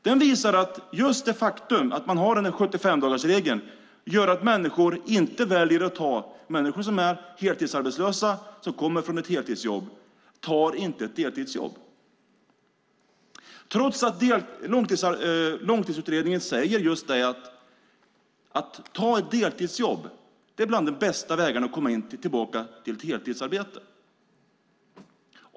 Den visar att 75-dagarsregeln gör att människor som är heltidsarbetslösa och som kommer från ett heltidsjobb inte tar ett deltidsjobb, trots att Långtidsutredningen säger att just ett deltidsjobb är en av de bästa vägarna till att komma tillbaka till ett heltidsarbete.